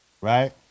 right